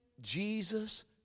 Jesus